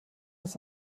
ist